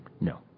No